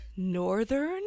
Northern